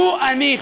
לו אני,